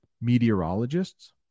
meteorologists